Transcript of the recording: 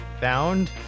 found